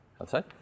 Outside